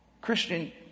Christian